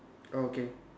orh okay